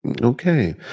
okay